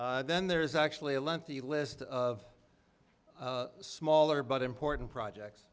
then there is actually a lengthy list of smaller but important projects